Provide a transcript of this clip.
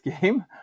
game